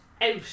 out